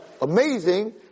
amazing